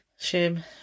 shame